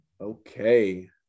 Okay